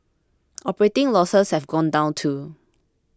operating losses have gone down too